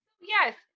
Yes